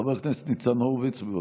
חבר הכנסת ניצן הורוביץ, בבקשה.